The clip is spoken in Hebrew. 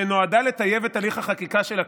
שנועדה לטייב את תהליך החקיקה של הכנסת,